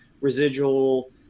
residual